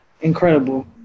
incredible